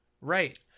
Right